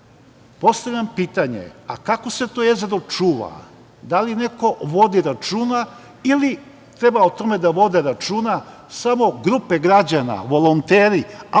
pitanje – kako se to jezero čuva? Da li neko vodi računa ili treba o tome da vode računa samo grupe građana, volonteri, a postoje